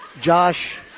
Josh